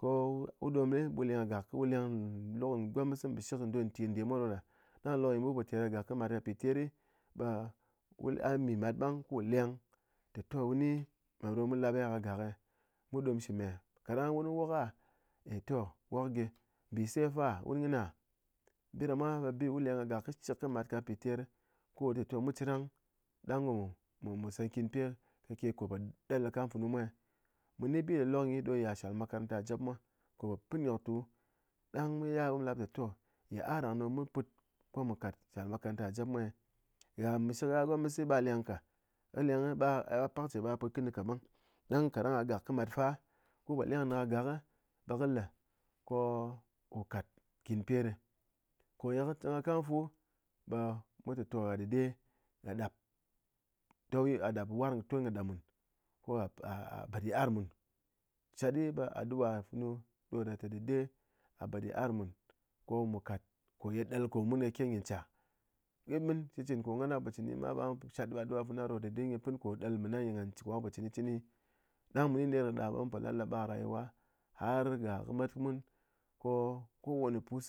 Ko wu ɗom ɓe wu leng kɨ gak ku leng luk kɨ gomɨs nbɨshik don nti ndemwa ɗoɗa ɗang lokloknyi munpo ter ka gak pi teri, ɓe a mi mat ɓang ku leng té toh wuni me ɗo mu lap eh eh ka gak eh mu ɗom shi me kaɗang wun wok a e toh wok gyi, mbɨse fa wun kɨ ni gha bɨde mwa ɓe bi wu leng gak kɨshɨk kɨ mat ka piter ko té toh mu cherang ɗang mu se kyinpe kake ko ɗel kam funu mwa eh, muni bi loklok nyi ɗo yit'ar shalle makaranta jep mwa ko po pɨn nyoktu ɗang mu ya ɓe mu lap té toh, yit'ar ɗang ɗo mu put ko mu kat shall makaranta jep mwa eh, gha mbɨshɨk gha gomɨs be gha leng ka gha leng ɓa pakche ɓe gha put kɨné ka ɓang ɗang káɗang gha kɨ gak kɨ mat fa ku po leng kɨ ni kɨ gak ɓe kɨ le, ko wu kat kyinpe ɗé koye kɨ ɗel kam fu ɓe mun té dɨɗe gha ɗap dauye gha ɗap warng kɨ ton ɗa mun ko gha ɓɨd yit'ar mun shat ɗi ɓe addu'a funu ɗoɗa té ɗɨɗé a bɨd yit'ar mun ko mu kat ko ye ɗel ko mun ke nyi cha imɨn shitchɨn ko ye ghan po chinkɨni ɗang munyi ner ɗa mun po lalaba rayuwa har ga kɨ met kɨ mun ko kowane pus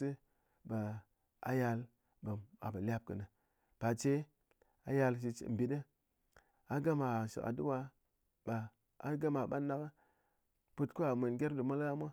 ɓe a yal ɓe a po lap kɨné parche a yal chichi nbit a gama shi adu'a a gama ɓangɗak put ko gha mwen gyerm ɗe mol gha mwa